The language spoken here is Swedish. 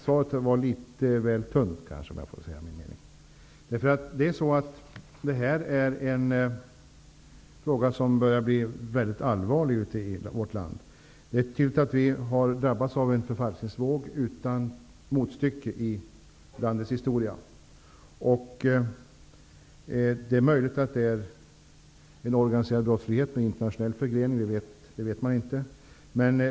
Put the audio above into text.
Svaret var litet väl tunt, om jag får säga min mening. Det här är nämligen en fråga som börjar bli mycket allvarlig ute i vårt land. Det är tydligt att vi har drabbats av en förfalskningsvåg utan motstycke i landets historia. Det är möjligt att det är organiserad brottslighet med internationell förgrening som ligger bakom, men det vet man inte.